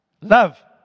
love